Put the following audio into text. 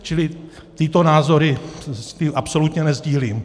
Čili tyto názory absolutně nesdílím.